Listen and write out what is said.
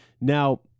Now